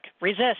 Resist